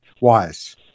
wise